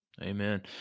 Amen